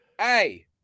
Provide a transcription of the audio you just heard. Hey